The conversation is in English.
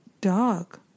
dog